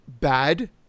bad